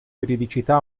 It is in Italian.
veridicità